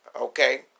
Okay